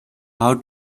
how